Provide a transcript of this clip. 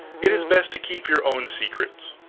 it is best to keep your own secrets.